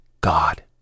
god